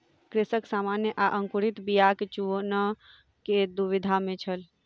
कृषक सामान्य आ अंकुरित बीयाक चूनअ के दुविधा में छल